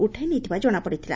ଉଠାଇ ନେଇଥିବା ଜଶାପଡ଼ିଥିଲା